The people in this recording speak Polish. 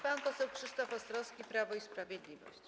Pan poseł Krzysztof Ostrowski, Prawo i Sprawiedliwość.